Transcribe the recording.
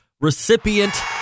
recipient